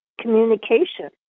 communication